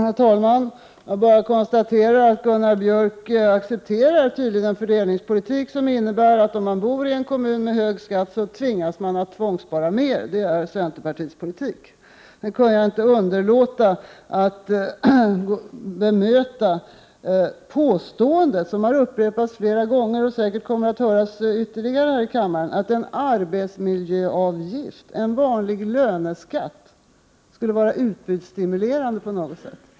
Herr talman! Jag bara konstaterar att Gunnar Björk tydligen accepterar en fördelningspolitik som innebär att om man bor i en kommun med hög skatt, så tvingas man att tvångsspara mera. Det är centerpartiets politik. Sedan kan jag inte underlåta att bemöta påståendet, som har upprepats flera gånger och säkert kommer att höras ytterligare här i kammaren, att en arbetsmiljöavgift, en vanlig löneskatt, skulle vara utbudsstimulerande.